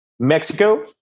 Mexico